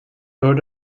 owed